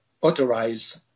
authorize